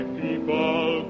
people